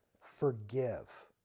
forgive